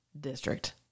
district